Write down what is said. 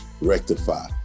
rectify